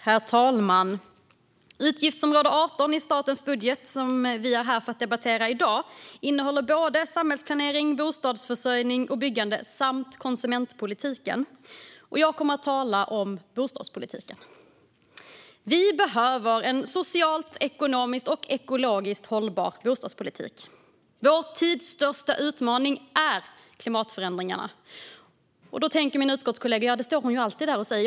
Herr talman! Utgiftsområde 18 i statens budget, som vi är här för att debattera i dag, innehåller samhällsplanering, bostadsförsörjning och bostadsbyggande samt konsumentpolitiken. Jag kommer att tala om bostadspolitiken. Vi behöver en socialt, ekonomiskt och ekologiskt hållbar bostadspolitik. Vår tids största utmaning är klimatförändringarna. Nu tänker mina utskottskollegor: "Det står hon ju alltid där och säger".